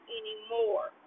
anymore